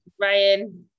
ryan